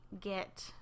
get